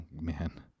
man